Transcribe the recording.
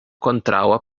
kontraŭa